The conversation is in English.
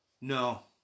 No